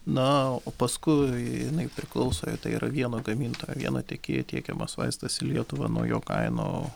na o paskui jinai priklauso i tai yra vieno gamintojo vieno tiekėjo tiekiamas vaistas į lietuvą nuo jo kaino